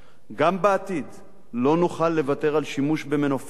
גם בעתיד לא נוכל לוותר על שימוש במנופי לחץ